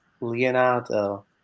Leonardo